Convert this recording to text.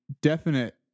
definite